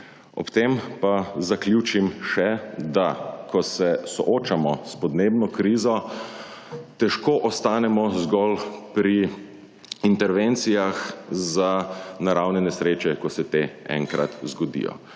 Ob tem pa zaključim še, da ko se soočamo s podnebno krizo, težko ostanemo zgolj pri intervencijah za naravne nesreče, ko se te enkrat zgodijo.